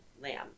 Lamb